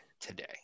today